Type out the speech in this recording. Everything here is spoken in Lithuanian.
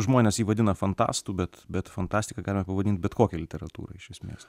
žmonės jį vadina fantastu bet bet fantastika galime pavadint bet kokią literatūrą iš esmės